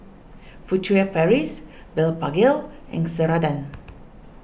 Furtere Paris Blephagel and Ceradan